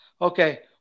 Okay